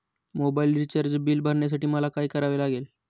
Mobile recharge bill भरण्यासाठी मला काय करावे लागेल?